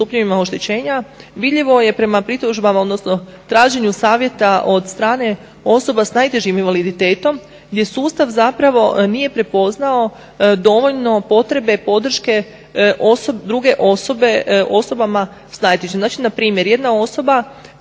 oštećenja, vidljivo je prema pritužbama odnosno traženju savjeta od strane osoba s najtežim invaliditetom gdje sustav nije prepoznao dovoljno potrebe podrške druge osobe osobama s najtežim. Znači npr. jedna osoba